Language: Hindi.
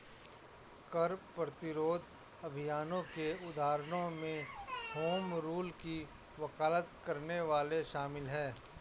कर प्रतिरोध अभियानों के उदाहरणों में होम रूल की वकालत करने वाले शामिल हैं